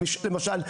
למשל,